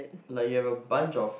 like you have a bunch of